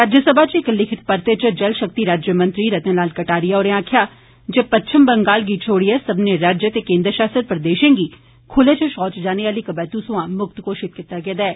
राज्यसभा इच इक लिखित परते इच जल शक्ति राज्य मंत्री रतन लाल कटारिया होरें आक्खेआ जे पच्छम बंगाल गी छोड़िएं सब्बै राज्य ते केन्द्र शासित प्रदेशें गी खुल्ले इच शौच जाने आली प्रथा सोयां मुक्त घोषित कीता गेदा ऐ